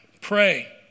Pray